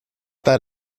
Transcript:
that